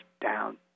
down